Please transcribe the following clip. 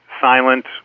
silent